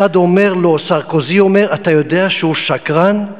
אחד אומר, סרקוזי אומר: אתה יודע שהוא שקרן,